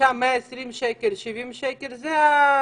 120 שקל ו-70 שקל זה ה-?